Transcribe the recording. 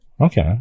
Okay